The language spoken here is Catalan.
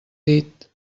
dit